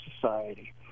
society